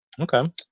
Okay